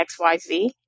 XYZ